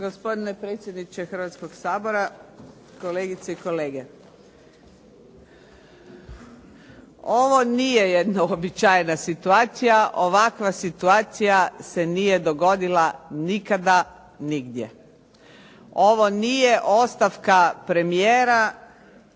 Gospodine predsjedniče Hrvatskog sabora, kolegice i kolege. Ovo nije jedna uobičajena situacija. Ovakva situacija se nije dogodila nikada nigdje. Ovo nije ostavka premijera